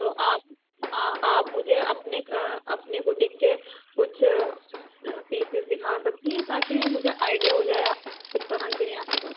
تو آپ آپ مجھے اپنے اپنے بوٹیک کے کچھ پیسیز دکھا سکتی ہیں تاکہ مجھے آئیڈیا ہو جائے اس طرح کے ہیں آپ کے پاس